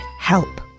help